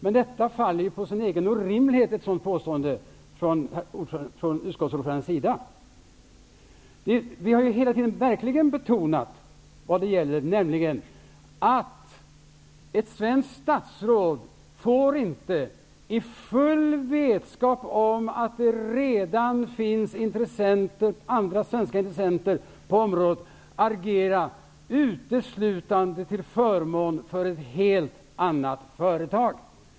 Men ett sådant påstående från utskottsordförandens sida faller på sin egen orimlighet. Vi har hela tiden verkligen betonat vad det gäller, nämligen att ett svenskt statsråd inte får, i full vetskap om att det redan finns andra svenska intressenter på området, agera uteslutande till förmån för ett helt annat företag.